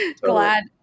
glad